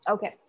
Okay